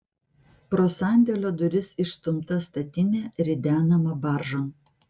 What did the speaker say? pro sandėlio duris išstumta statinė ridenama baržon